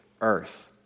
earth